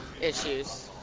issues